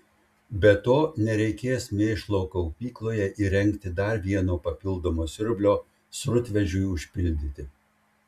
be to nereikės mėšlo kaupykloje įrengti dar vieno papildomo siurblio srutvežiui užpildyti